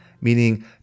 meaning